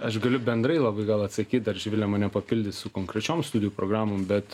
aš galiu bendrai labai gal atsakyt dar živilė mane papildys su konkrečiom studijų programom bet